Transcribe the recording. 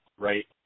right